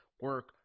Work